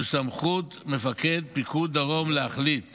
זו סמכות מפקד פיקוד דרום להחליט